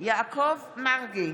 יעקב מרגי,